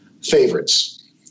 favorites